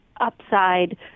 upside